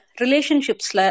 relationships